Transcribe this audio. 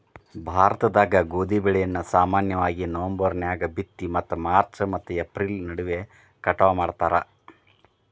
ಭಾರತದಾಗ ಗೋಧಿ ಬೆಳೆಯನ್ನ ಸಾಮಾನ್ಯವಾಗಿ ನವೆಂಬರ್ ನ್ಯಾಗ ಬಿತ್ತಿ ಮತ್ತು ಮಾರ್ಚ್ ಮತ್ತು ಏಪ್ರಿಲ್ ನಡುವ ಕಟಾವ ಮಾಡ್ತಾರ